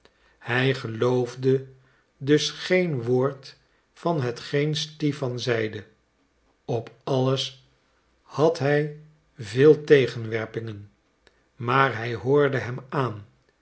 hij geloofde dus geen woord van hetgeen stipan zeide op alles had hij vele tegenwerpingen maar hij hoorde hem aan